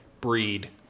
breed